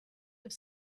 have